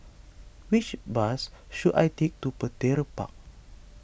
which bus should I take to Petir Park